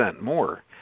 more